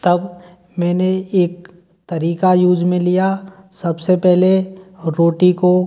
तब मैंने एक तरीका यूज़ में लिया सबसे पहले रोटी को